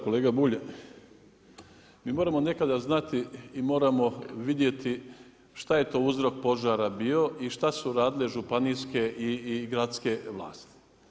Kolega Bulj, mi moramo nekada znati i moramo vidjeti šta je to uzrok požara bio i šta su radile županijske i gradske vlasti.